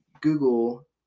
Google